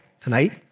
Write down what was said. tonight